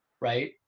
right